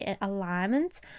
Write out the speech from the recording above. alignment